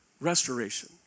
restoration